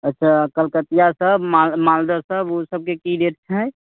अच्छा कलकतिआसभ मा मालदहसभ ओ सभके की रेट हइ